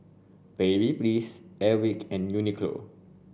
Babyliss Airwick and Uniqlo